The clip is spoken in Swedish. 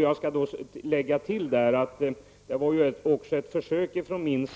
Jag gjorde ett försök i den riktningen,